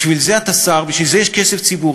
בשביל זה אתה שר, בשביל זה יש כסף ציבורי.